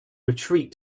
retreat